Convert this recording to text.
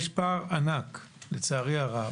יש פער ענק, לצערי הרב,